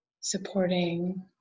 supporting